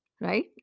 Right